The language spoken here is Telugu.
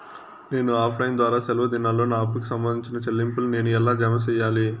నేను ఆఫ్ లైను ద్వారా సెలవు దినాల్లో నా అప్పుకి సంబంధించిన చెల్లింపులు నేను ఎలా జామ సెయ్యాలి?